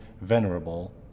venerable